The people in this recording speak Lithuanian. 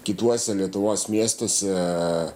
kituose lietuvos miestuose